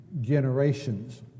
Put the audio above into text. generations